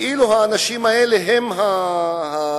וכאילו האנשים האלה הם הבעיה.